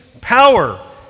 power